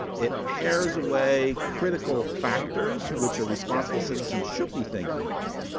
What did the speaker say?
it pares away critical factors, which a responsible citizen should be thinking about.